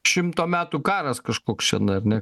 šimto metų karas kažkoks čionai ar ne